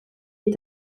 est